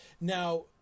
Now